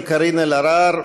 של קארין אלהרר,